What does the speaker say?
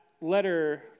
letter